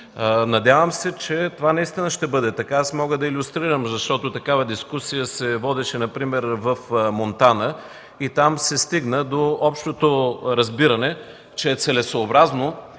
Надявам се, че това наистина ще бъде така. Мога да илюстрирам, защото такава дискусия се водеше например в Монтана и там се стигна до общото разбиране, че е целесъобразно